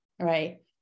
right